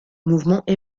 mouvement